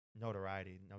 notoriety